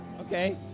Okay